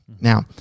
Now